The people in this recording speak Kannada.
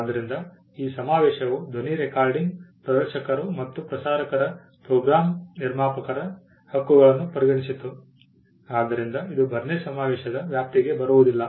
ಆದ್ದರಿಂದ ಈ ಸಮಾವೇಶವು ಧ್ವನಿ ರೆಕಾರ್ಡಿಂಗ್ ಪ್ರದರ್ಶಕರು ಮತ್ತು ಪ್ರಸಾರಕರ ಫೋನೋಗ್ರಾಮ್ ನಿರ್ಮಾಪಕರ ಹಕ್ಕುಗಳನ್ನು ಪರಿಗಣಿಸಿತು ಆದ್ದರಿಂದ ಇದು ಬರ್ನೆ ಸಮಾವೇಶದ ವ್ಯಾಪ್ತಿಗೆ ಬರುವುದಿಲ್ಲ